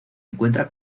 encuentra